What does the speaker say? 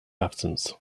absence